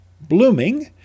blooming